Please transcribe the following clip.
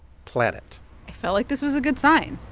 planet i felt like this was a good sign